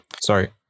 sorry